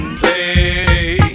play